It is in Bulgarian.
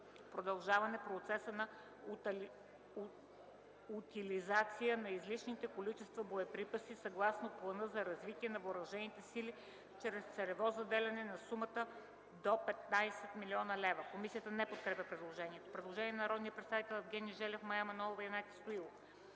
Продължаване процеса на утилизация на излишните количества боеприпаси, съгласно Плана за развитие на въоръжените сили чрез целево заделяне на сума до 15 000 000 лева”.” Комисията не подкрепя предложението. Има предложение на народните представители Евгений Желев, Мая Манолова и Янаки Стоилов: